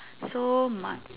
so my